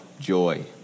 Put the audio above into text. Joy